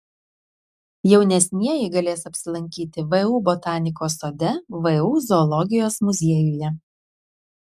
jaunesnieji galės apsilankyti vu botanikos sode vu zoologijos muziejuje